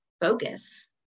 focus